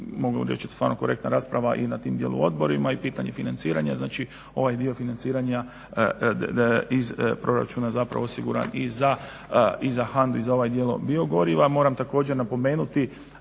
mogu reći stvarno korektna rasprava i na tim dijelu odborima i pitanje financiranja, znači ovaj dio financiranja iz proračuna zapravo osigura i za HANDA-u i za ovaj dio biogoriva. Moram također napomenuti